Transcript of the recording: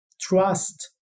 trust